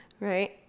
right